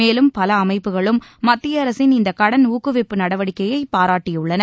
மேலும் பல அமைப்புகளும் மத்திய அரசின் இந்த கடன் ஊக்குவிப்பு நடவடிக்கையை பாராட்டியுள்ளன